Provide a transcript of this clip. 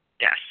Yes